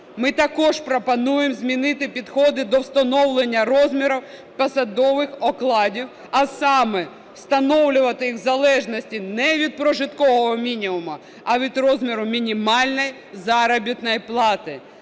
Ми також пропонуємо змінити підходи до встановлення розміру посадових окладів, а саме встановлювати їх в залежності не від прожиткового мінімуму, а від розміру мінімальної заробітної плати.